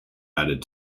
added